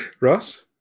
Ross